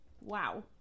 Wow